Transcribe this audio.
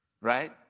right